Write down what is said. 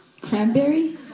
Cranberry